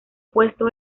puesto